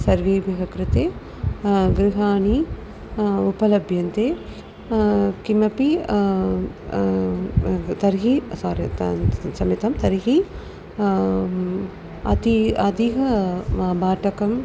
सर्वेभ्यः कृते गृहाणि उपलभ्यन्ते किमपि तर्हि क्षम्यतां सम्मितं तर्हि अती अधिकं व भाटकम्